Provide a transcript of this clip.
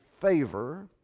favor